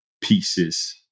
pieces